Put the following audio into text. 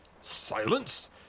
Silence